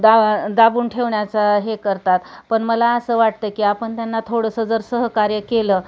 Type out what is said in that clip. दा दाबून ठेवण्याचा हे करतात पण मला असं वाटतं की आपण त्यांना थोडंसं जर सहकार्य केलं